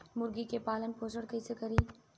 मुर्गी के पालन पोषण कैसे करी?